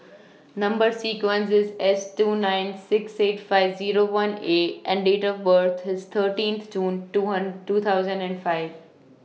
Number sequence IS S two nine six eight five Zero one A and Date of birth IS thirteenth June two two thousand and five